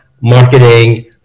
marketing